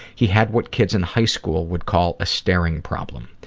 he had what kids in high school would call a staring problem.